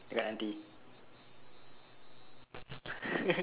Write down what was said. dia cakap nanti